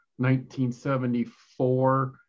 1974